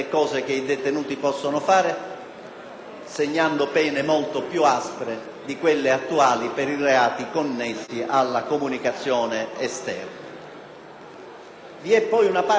assegnando pene molto più aspre di quelle attuali per i reati connessi alla comunicazione esterna. Vi è poi una parte che riguarda il codice della strada;